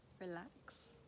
relax